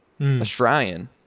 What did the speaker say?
Australian